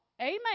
Amen